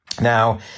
Now